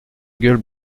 gueule